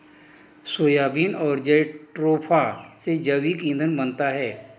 soybean और jatropha से जैविक ईंधन बनता है